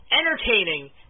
entertaining